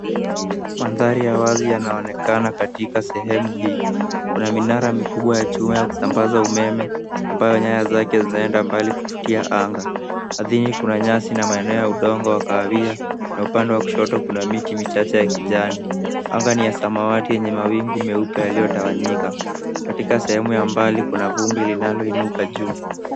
Mandhari ya wazi yanaonekana katika sehemu hii. Kuna minara mikubwa ya chuma ya kusambaza umeme ambayo nyaya zake zinaenda mbali kupitia anga. Ardhini kuna nyasi na maeneo ya udongo ya kahawia, na upande wa kushoto kuna miti michache ya kijani. Anga ni ya samawati yenye mawingu meupe yaliyotawanyika. Katika sehemu ya mbali kuna vumbi linaloinuka juu.